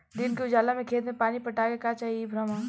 दिन के उजाला में खेत में पानी पटावे के चाही इ भ्रम ह